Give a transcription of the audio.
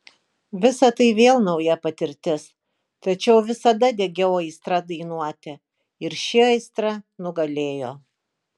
visa tai vėl nauja patirtis tačiau visada degiau aistra dainuoti ir ši aistra nugalėjo